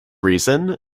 reason